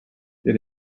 did